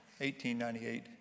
1898